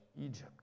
egypt